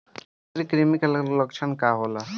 आंतरिक कृमि के लक्षण का होला?